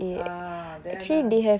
uh then ah